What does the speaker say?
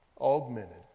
augmented